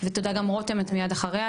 ותודה גם רותם את מיד אחריה,